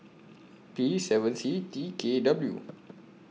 P seven C T K W